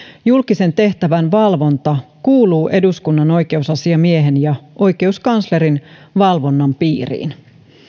julkisen tehtävän valvonta kuuluu eduskunnan oikeusasiamiehen ja oikeuskanslerin valvonnan piiriin